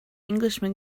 englishman